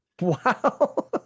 Wow